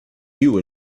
you